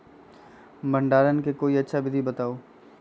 भंडारण के कोई अच्छा विधि बताउ?